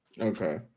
Okay